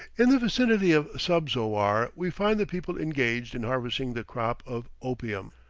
in the vicinity of subzowar we find the people engaged in harvesting the crop of opium.